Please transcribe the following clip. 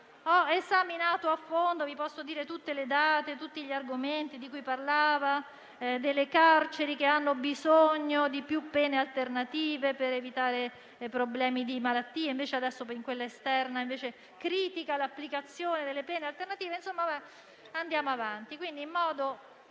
posso dire tutte le date e tutti gli argomenti di cui parlava, come le carceri che hanno bisogno di più pene alternative per evitare problemi di malattie, invece adesso per quella esterna critica l'applicazione delle pene alternative; insomma, andiamo avanti.